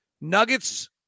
Nuggets